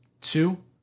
Two